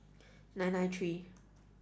nine nine three